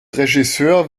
regisseur